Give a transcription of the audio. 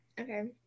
Okay